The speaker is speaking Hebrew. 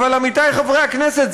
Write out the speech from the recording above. אבל עמיתיי חברי הכנסת,